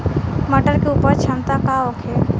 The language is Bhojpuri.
मटर के उपज क्षमता का होखे?